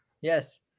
Yes